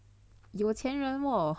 有钱人